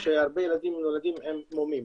שהרבה ילדים נולדים עם מומים.